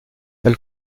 elle